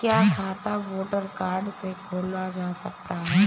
क्या खाता voter card से खोला जा सकता है?